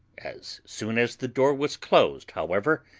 as soon as the door was closed, however,